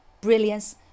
brilliance